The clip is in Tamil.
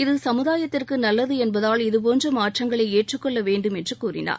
இது சமுதாயத்திற்கு நல்லது என்பதால் இதுபோன்ற மாற்றங்களை ஏற்றுக்கொள்ள வேண்டும் என்று கூறினார்